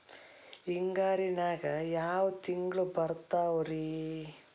ಹಿಂಗಾರಿನ್ಯಾಗ ಯಾವ ತಿಂಗ್ಳು ಬರ್ತಾವ ರಿ?